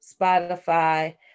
Spotify